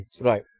right